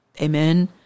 Amen